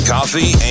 Coffee